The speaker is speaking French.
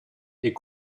est